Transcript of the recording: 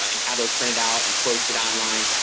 ah and have those printed out and posted online,